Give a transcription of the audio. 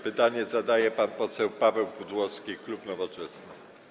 Pytanie zadaje pan poseł Paweł Pudłowski, klub Nowoczesna.